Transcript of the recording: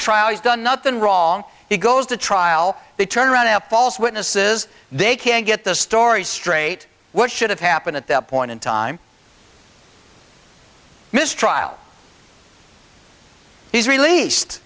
trial he's done nothing wrong he goes to trial they turn around at false witnesses they can't get the story straight what should have happened at that point in time mistrial he's released